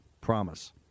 promise